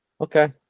okay